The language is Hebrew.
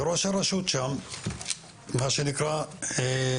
וראש הרשות שם אומר געוואלד,